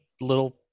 little